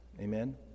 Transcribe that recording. Amen